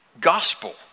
gospel